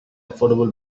affordable